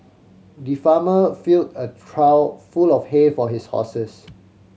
the farmer filled a trough full of hay for his horses